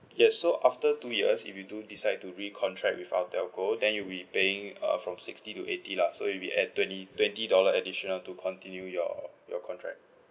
yes so after two years if you do decide to recontract with our telco then you'll be paying uh from sixty to eighty lah so it'll be at twenty twenty dollar additional to continue your your contract